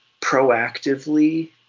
proactively